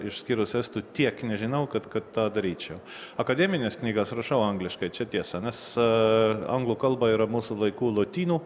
išskyrus estų tiek nežinau kad kad tą daryčiau akademines knygas rašau angliškai čia tiesa mes anglų kalba yra mūsų laikų lotynų